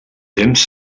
temps